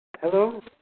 Hello